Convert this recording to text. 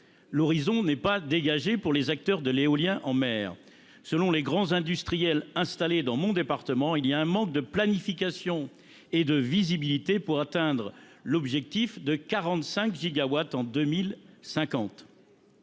l’horizon n’est pas dégagé pour les acteurs de l’éolien en mer. Selon les grands industriels installés dans mon département, il y a un manque de planification et de visibilité pour atteindre l’objectif de 45 gigawatts en 2050.